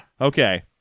Okay